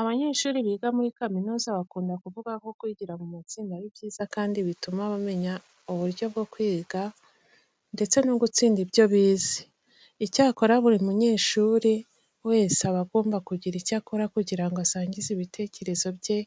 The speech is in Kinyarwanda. Abanyeshuri biga muri kaminuza bakunda kuvuga ko kwigira mu matsinda ari byiza kandi bituma bamenya uburyo bwose bwo kwiga ndetse no gutsinda ibyo bize. Icyakora buri munyeshuri wese aba agomba kugira icyo akora kugira ngo asangize ibitekerezo bye